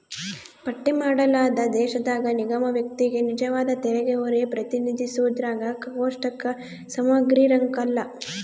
ಪಟ್ಟಿ ಮಾಡಲಾದ ದೇಶದಾಗ ನಿಗಮ ವ್ಯಕ್ತಿಗೆ ನಿಜವಾದ ತೆರಿಗೆಹೊರೆ ಪ್ರತಿನಿಧಿಸೋದ್ರಾಗ ಕೋಷ್ಟಕ ಸಮಗ್ರಿರಂಕಲ್ಲ